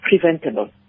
preventable